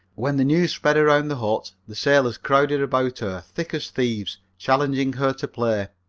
when the news spread around the hut the sailors crowded about her thick as thieves, challenging her to play.